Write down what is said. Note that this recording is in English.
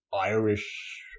Irish